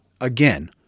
again